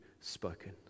spoken